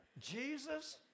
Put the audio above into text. Jesus